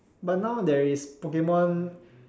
but now there is Pokemon